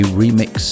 remix